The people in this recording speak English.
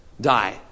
die